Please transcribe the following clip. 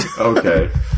Okay